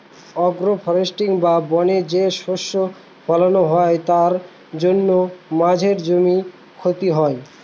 agro forestry বা বনে যে শস্য ফলানো হয় তার জন্য মাঝের জমি ক্ষয় হয়